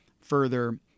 further